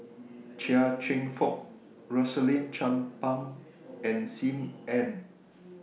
Chia Cheong Fook Rosaline Chan Pang and SIM Ann